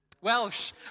Welsh